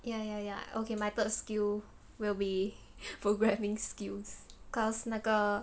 ya ya ya okay my third skill will be for programming skills because 那个